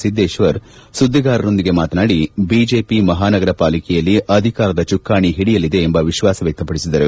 ಸಿದ್ದೇಶ್ವರ್ ಸುದ್ದಿಗಾರರ ಜೊತೆ ಮಾತನಾಡಿ ಬಿಜೆಪಿ ಮಹಾನಗರ ಪಾಲಿಕೆಯಲ್ಲಿ ಅಧಿಕಾರದ ಚುಕ್ಕಾಣಿ ಓಡಿಯಲಿದೆ ಎಂಬ ವಿಶ್ವಾಸ ವ್ಯಕ್ತಪಡಿಸಿದರು